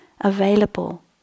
available